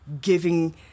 giving